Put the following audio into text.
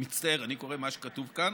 מצטער, אני קורא מה שכתוב כאן,